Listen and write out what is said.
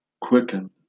quicken